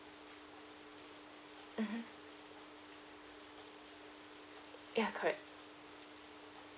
mmhmm ya correct